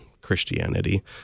Christianity